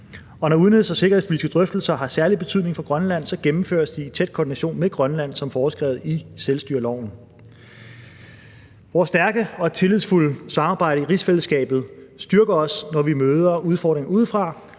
Og når udenrigs- og sikkerhedspolitiske drøftelser har særlig betydning for Grønland, gennemføres de i tæt koordination med Grønland som foreskrevet i selvstyreloven. Vores stærke og tillidsfulde samarbejde i rigsfællesskabet styrker os, når vi møder udfordringer udefra,